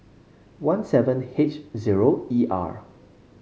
one seven H zero E R